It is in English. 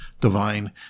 divine